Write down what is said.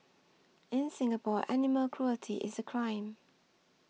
in Singapore animal cruelty is a crime